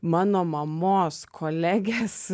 mano mamos kolegės